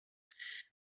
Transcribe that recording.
ﺑﻌﻀﯽ